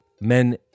Men